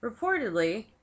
Reportedly